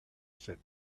said